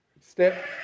step